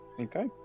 Okay